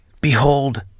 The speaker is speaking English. Behold